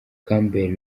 campbell